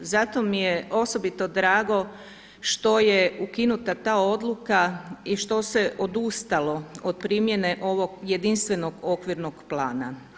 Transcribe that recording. Zato mi je osobito drago što je ukinuta ta odluka i što se odustalo od primjene ovog jedinstvenog okvirnog plana.